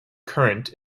current